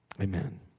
Amen